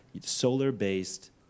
solar-based